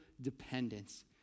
dependence